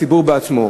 הציבור בעצמו.